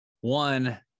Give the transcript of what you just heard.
one